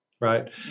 Right